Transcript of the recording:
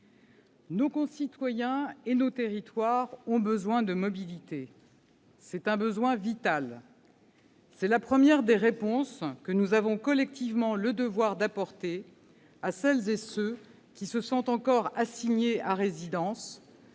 nos concitoyens et nos territoires ont besoin de mobilité. C'est un besoin vital. C'est la première des réponses que nous avons collectivement le devoir d'apporter à celles et ceux qui se sentent encore assignés à résidence,